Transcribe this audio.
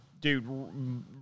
dude